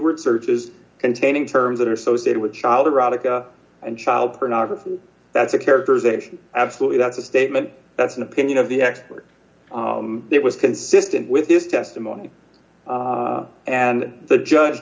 word searches d containing terms that are associated with child erotica and child pornography that's a characterization absolutely that's a statement that's an opinion of the expert it was consistent with this testimony and the judge